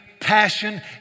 passion